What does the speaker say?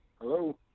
Hello